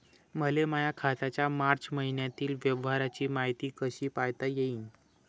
मले माया खात्याच्या मार्च मईन्यातील व्यवहाराची मायती कशी पायता येईन?